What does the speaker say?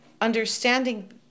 understanding